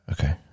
Okay